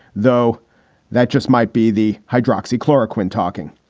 though that just might be the hydroxy chloroquine talking.